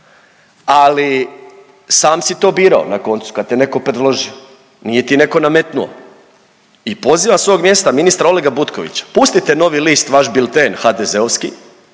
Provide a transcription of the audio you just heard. ali sam si to birao na koncu kad te netko predložio. Nije ti netko nametnuo. I pozivam sa ovoga mjesta ministra Olega Butkovića pustite Novi list, vaš bilten HDZ-ovski.